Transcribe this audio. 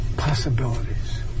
possibilities